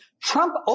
Trump